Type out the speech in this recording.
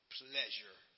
pleasure